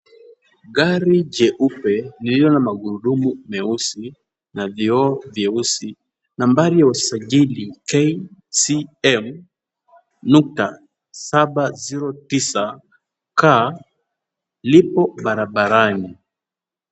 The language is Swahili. Gari jeupe lililo na magurudumu meusi na vioo vyeusi. Nambari ya usajili KCM 709K lipo barabarani.